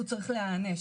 הוא צריך להיענש.